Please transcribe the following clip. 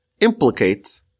implicate